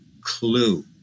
clue